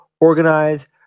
organize